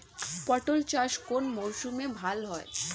পটল চাষ কোন মরশুমে ভাল হয়?